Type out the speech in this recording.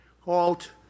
halt